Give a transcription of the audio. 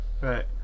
right